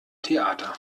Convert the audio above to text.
theater